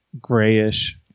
grayish